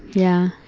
yeah.